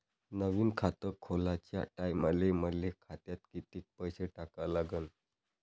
नवीन खात खोलाच्या टायमाले मले खात्यात कितीक पैसे टाका लागन?